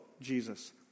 Jesus